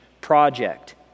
project